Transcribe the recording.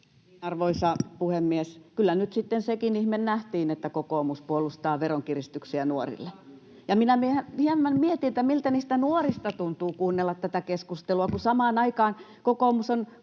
Arvoisa puhemies! Kyllä nyt sitten sekin ihme nähtiin, että kokoomus puolustaa veronkiristyksiä nuorille. Ja minä hieman mietin, miltä niistä nuorista tuntuu kuunnella tätä keskustelua, kun samaan aikaan kokoomus on